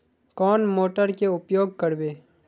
कौन मोटर के उपयोग करवे?